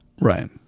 Right